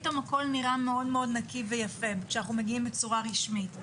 פתאום הכול נראה מאוד נקי ויפה כשאנחנו מגיעים בצורה רשמית.